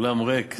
האולם ריק.